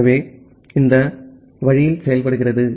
எனவே இது இந்த வழியில் செயல்படுகிறது